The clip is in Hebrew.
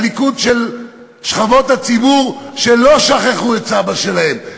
הליכוד של שכבות הציבור שלא שכחו את סבא שלהם,